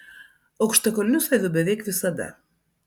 aukštakulnius aviu beveik visada